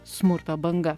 smurto banga